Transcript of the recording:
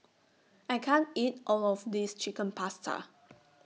I can't eat All of This Chicken Pasta